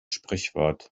sprichwort